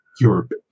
Europe